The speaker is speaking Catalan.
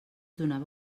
donava